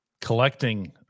collecting